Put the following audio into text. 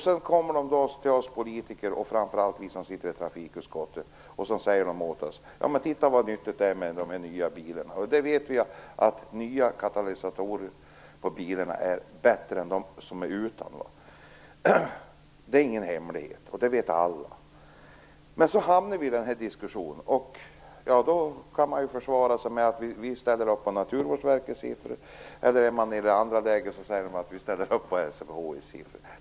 Sedan kommer de till oss politiker, framför allt till oss som sitter i trafikutskottet, och säger: Titta vad nyttigt det är med de här nya bilarna. Och vi vet ju att bilar som är utrustade med nya katalysatorer är bättre än bilar utan katalysator. Det är ingen hemlighet - det vet alla. Men så hamnar vi i en sådan här diskussion, och då kan man försvara sig med att man ställer upp på Naturvårdsverkets siffror eller, om man tillhör det andra lägret, att man ställer upp på SMHI:s siffror.